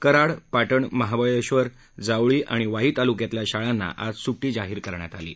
कराड पाटण महाबळेश्वरजावळी आणि वाई ताल्क्यातील शाळांना आज स्ट्टी जाहीर करण्यात आली आहे